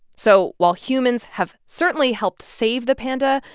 so while humans have certainly helped save the panda,